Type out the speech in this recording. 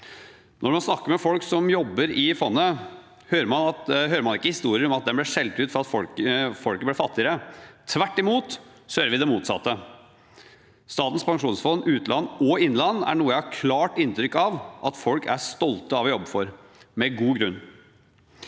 Når man snakker med folk som jobber i fondet, hører man ikke historien om at de ble skjelt ut fordi folket ble fattigere. Tvert imot hører vi det motsatte. Sta tens pensjonsfond utland og innland er noe jeg har klart inntrykk av at folk er stolte av å jobbe for, med god grunn.